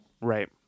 Right